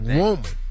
woman